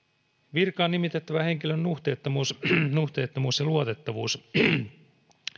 virkaan nimitettävän henkilön nuhteettomuus nuhteettomuus ja luotettavuus